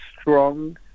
strong